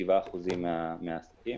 כ-7% מהעסקים.